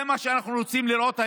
זה מה שאנחנו רוצים לראות היום?